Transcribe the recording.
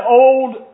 old